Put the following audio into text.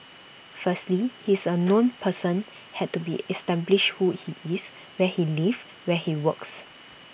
firstly he is A known person had to be establish who he is where he lives where he works